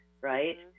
right